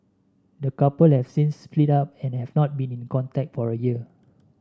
the couple have since split up and have not been in contact for a year